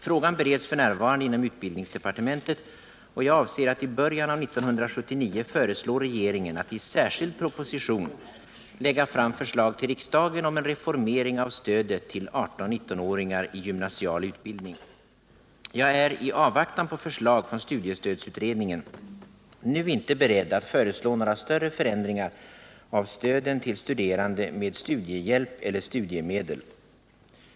Frågan bereds f. n. inom utbildningsdepartementet och jag avser att i början av 1979 föreslå regeringen att i särskild proposition lägga fram förslag till riksdagen om en reformering av stödet till 18-19-åringar i gymnasial utbildning. Jag är, i avvaktan på förslag från studiestödsutredningen, nu inte beredd att föreslå några större förändringar av stöden till studerande med studiehjälp eller studiemedel.